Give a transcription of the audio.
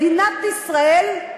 מדינת ישראל,